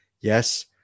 yes –